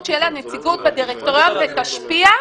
שיהיה לה נציגות בדירקטוריון ותשפיע,